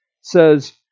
says